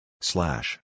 Slash